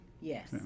Yes